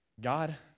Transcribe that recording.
God